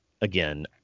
again